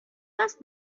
است